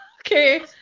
okay